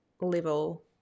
level